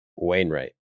wainwright